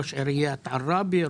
ראש עיריית עראבה,